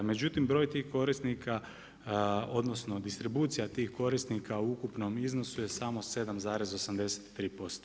Međutim broj tih korisnika odnosno distribucija tih korisnika u ukupnom iznosu je samo 7,83%